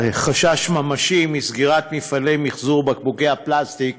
חשש ממשי מסגירת מפעלי מחזור בקבוקי הפלסטיק